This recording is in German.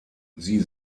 sie